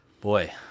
Boy